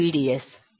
నేను ఎలా గీయ గలను